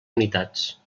unitats